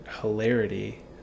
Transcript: hilarity